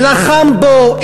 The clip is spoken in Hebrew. לחם בו,